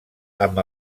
amb